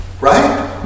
Right